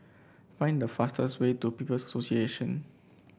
find the fastest way to People's Association